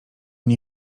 nie